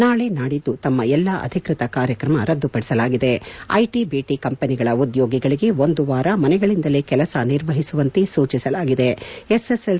ನಾಳೆ ನಾಡಿದ್ದು ಕಮ್ಮ ಎಲ್ಲಾ ಅಧಿಕೃತ ಕಾರ್ಯತ್ರಮ ರದ್ದುಪಡಿಸಲಾಗಿದೆ ಐಟ ಐಟ ಕಂಪನಿಗಳ ಉದ್ದೋಗಿಗಳಿಗೆ ಒಂದು ವಾರ ಮನೆಗಳಿಂದಲೇ ಕೆಲಸ ನಿರ್ವಹಿಸುವಂತೆ ಸೂಚಿಸಲಾಗಿದೆ ಎಸ್ಎಸ್ಎಲ್